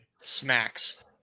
smacks